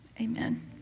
amen